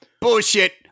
Bullshit